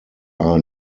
are